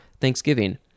Thanksgiving